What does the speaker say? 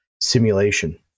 simulation